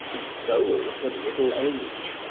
the soul of the middle age.